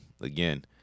again